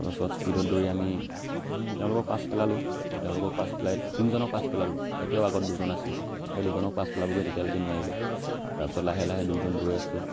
তাৰপাছত স্পীডত দৌৰি আমি তেওঁলোকক পাছ পেলালোঁ তেওঁলোকক পাছ পেলাই তিনিজনক পাছ পেলালোঁ এতিয়াও আগত দুজন আছিল সেই দুজনক পাছ পেলাবগৈ তেতিয়ালৈকে নোৱাৰিলোঁ তাৰপাছত লাহে লাহে দুইজন গৈ আছোঁ